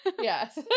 Yes